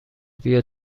بیا